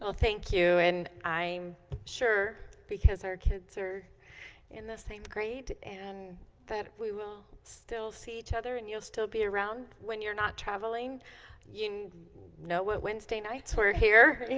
thank you and i'm sure because our kids are in the same grade and that we will still see each other and you'll still be around when you're not traveling you know what wednesday nights? we're here